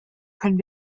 können